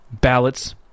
ballots